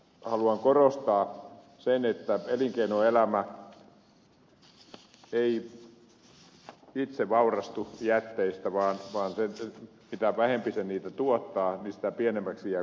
haluan korostaa että elinkeinoelämä ei itse vaurastu jätteistä vaan mitä vähempi se niitä tuottaa sitä pienemmäksi jäävät kustannukset